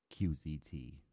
QZT